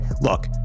look